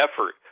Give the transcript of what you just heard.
effort